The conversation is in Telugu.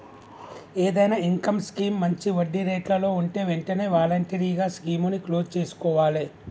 ఏదైనా ఇన్కం స్కీమ్ మంచి వడ్డీరేట్లలో వుంటే వెంటనే వాలంటరీగా స్కీముని క్లోజ్ చేసుకోవాలే